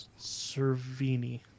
Servini